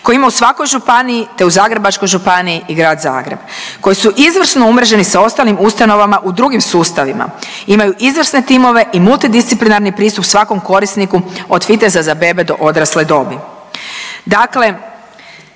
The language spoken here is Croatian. kojih ima u svakoj županiji te u Zagrebačkoj županiji i Grad Zagreb koji su izvrsno umreženi sa ostalim ustanovama u drugim sustavima. Imaju izvrsne timove i multidisciplinarni pristup svakom korisniku od …/Govornica se ne razumijem/…